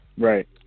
Right